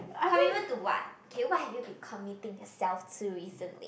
commitment to what okay what have you been committing itself to recently